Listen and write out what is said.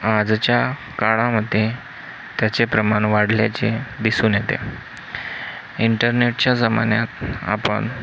आजच्या काळामध्ये त्याचे प्रमाण वाढल्याचे दिसून येते इंटरनेटच्या जमान्यात आपण